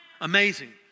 Amazing